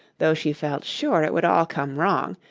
though she felt sure it would all come wrong,